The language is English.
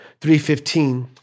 3.15